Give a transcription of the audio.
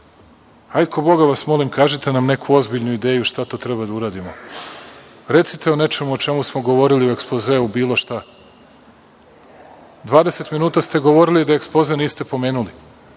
hajde ko Boga vas molim kažite nam neku ozbiljnu ideju šta to treba da uradimo, recite o nečemu o čemu smo govorili u ekspozeu, bilo šta. Dvadeset minuta ste govorili da ekspoze niste pomenuli,